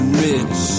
rich